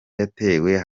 yatewe